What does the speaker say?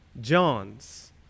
John's